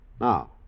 Now